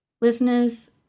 Listeners